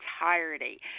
entirety